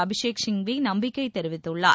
அபிஷேக் சிங்வி நம்பிக்கை தெரிவித்துள்ளார்